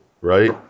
right